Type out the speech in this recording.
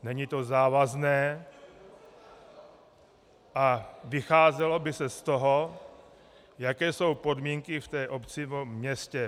Není to závazné a vycházelo by se z toho, jaké jsou podmínky v té obci nebo městě.